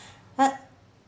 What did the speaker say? what